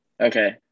Okay